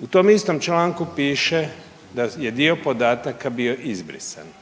U tom istom članku piše da je dio podataka bio izbrisan.